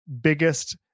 biggest